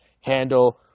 handle